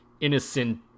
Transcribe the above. innocent